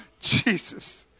Jesus